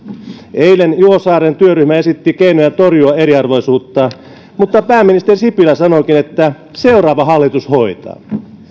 eilen juho saaren työryhmä esitti keinoja torjua eriarvoisuutta mutta pääministeri sipilä sanoikin että seuraava hallitus hoitaa